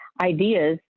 ideas